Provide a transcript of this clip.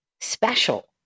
Special